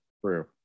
True